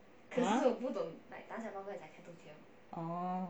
oh